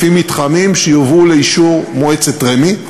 לפי מתחמים שיובאו לאישור מועצת רמ"י.